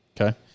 Okay